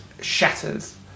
shatters